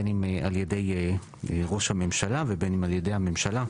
בין אם על ידי ראש הממשלה ובין אם על ידי הממשלה,